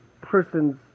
person's